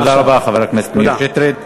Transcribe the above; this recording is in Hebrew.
תודה רבה, חבר הכנסת מאיר שטרית.